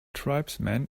tribesmen